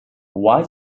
why